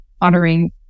honoring